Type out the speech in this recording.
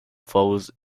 falls